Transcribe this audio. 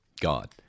God